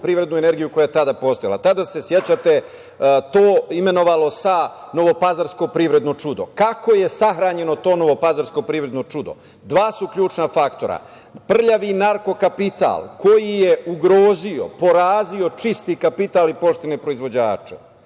privrednu energiju koja je tada postojala. Tada se, sećate se, imenovalo sa - novopazarsko privredno čudo. Kako je sahranjeno to novopazarsko privredno čudo dva su ključna faktora. Prljavi narko kapital koji je ugrozio, porazio čisti kapital i poštene proizvođače.